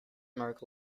mark